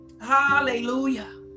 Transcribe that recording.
hallelujah